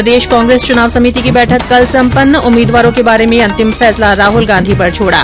प्रदेश कांग्रेस चुनाव समिति की बैठक कल संपन्न उम्मीदवारों के बारे में अंतिम फैसला राहुल गांधी पर छोड़ा